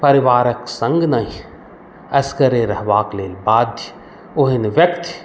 परिवारक सङ्ग नहि असगरे रहबाके लेल बाध्य ओहन व्यक्ति